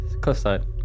cliffside